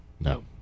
No